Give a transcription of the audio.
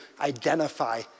identify